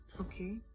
okay